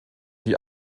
die